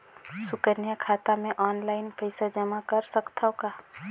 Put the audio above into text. सुकन्या खाता मे ऑनलाइन पईसा जमा कर सकथव का?